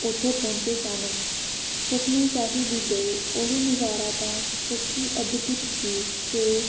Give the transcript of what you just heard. ਉੱਥੇ ਪਹੁੰਚੇ ਸਨ ਚਸ਼ਮੇ ਸ਼ਾਹੀ ਵੀ ਗਏ ਉਹ ਨਜ਼ਾਰਾ ਤਾਂ ਸੱਚੀ ਅਦਭੁਤ ਸੀ ਅਤੇ